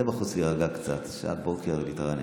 צא בחוץ להירגע קצת, שעת בוקר, להתרענן.